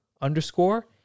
underscore